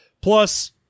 Plus